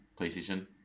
PlayStation